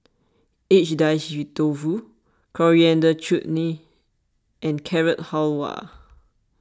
Agedashi Dofu Coriander Chutney and Carrot Halwa